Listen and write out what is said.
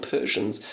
Persians